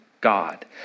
God